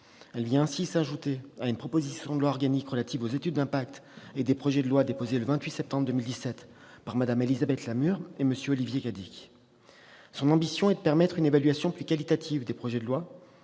Elle vient s'ajouter à une proposition de loi organique relative aux études d'impact des projets de loi déposée le 28 septembre 2017 par Mme Élisabeth Lamure et M. Olivier Cadic. Son ambition est de permettre une évaluation plus qualitative des projets de loi,